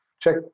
check